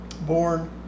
born